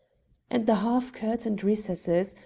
and the half-curtained recess,